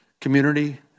community